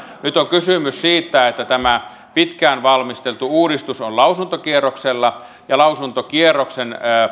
nyt on kysymys siitä että tämä pitkään valmisteltu uudistus on lausuntokierroksella ja lausuntokierroksen